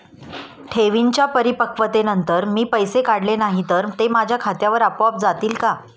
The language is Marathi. ठेवींच्या परिपक्वतेनंतर मी पैसे काढले नाही तर ते माझ्या खात्यावर आपोआप जातील का?